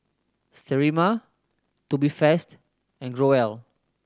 Sterimar Tubifast and Growell